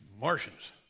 Martians